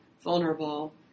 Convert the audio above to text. vulnerable